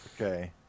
Okay